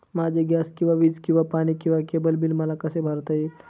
माझे गॅस किंवा वीज किंवा पाणी किंवा केबल बिल मला कसे भरता येईल?